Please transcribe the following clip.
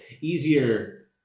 easier